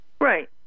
Right